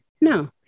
no